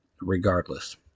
regardless